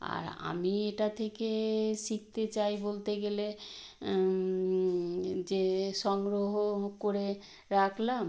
আর আমি এটা থেকে শিখতে চাই বলতে গেলে যে সংগ্রহ করে রাখলাম